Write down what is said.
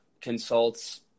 consults